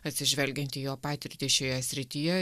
atsižvelgiant į jo patirtį šioje srityje